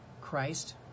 Christ